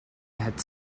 had